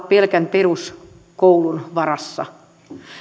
pelkän peruskoulun varassa